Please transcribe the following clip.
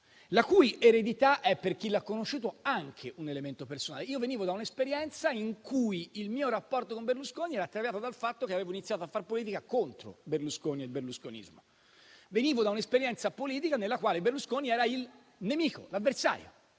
la cui eredità è, per chi lo ha conosciuto, anche un elemento personale. Io venivo da un'esperienza in cui il mio rapporto con Berlusconi era traviato dal fatto che avevo iniziato a fare politica contro Berlusconi e il berlusconismo. Io venivo da un'esperienza politica nella quale Berlusconi era il nemico, l'avversario.